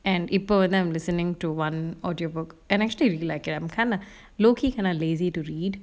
and இப்ப வந்து:ippa vanthu I'm listening to one audio book and I actually really like it I'm kinda low key kinda lazy to read